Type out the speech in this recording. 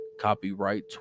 Copyright